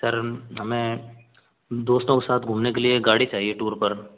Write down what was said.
sir हमें दोस्तों के साथ घूमने के लिए एक गाड़ी चाहिए टूर पर